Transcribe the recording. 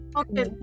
okay